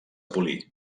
polir